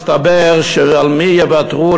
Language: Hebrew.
מסתבר שעל מי יוותרו,